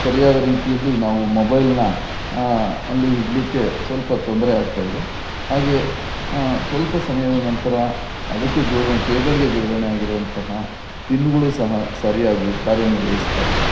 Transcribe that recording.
ಸರಿಯಾದ ರೀತಿಯಲ್ಲಿ ನಾವು ಮೊಬೈಲ್ನ ಅಲ್ಲಿ ಇಡಲಿಕ್ಕೆ ಸ್ವಲ್ಪ ತೊಂದರೆ ಆಗ್ತಾ ಇದೆ ಹಾಗೇ ಸ್ವಲ್ಪ ಸಮಯದ ನಂತರ ಅದಕ್ಕೆ ಜೋಡಣೆ ಕೇಬಲ್ಗೆ ಜೋಡಣೆ ಆಗಿರುವಂತಹ ಪಿನ್ಗಳು ಸಹ ಸರಿಯಾಗಿ ಕಾರ್ಯನಿರ್ವಹಿಸ್ತಾ ಇಲ್ಲ